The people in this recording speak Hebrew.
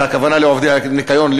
והכוונה לעובדי הניקיון,